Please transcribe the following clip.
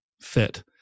fit